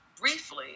briefly